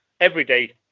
everyday